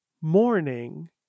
morning